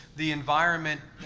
the environment,